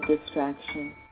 distraction